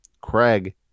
Craig